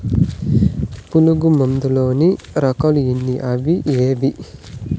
పులుగు మందు లోని రకాల ఎన్ని అవి ఏవి?